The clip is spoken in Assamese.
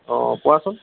অঁ কোৱাচোন